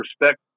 respect